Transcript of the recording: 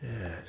Yes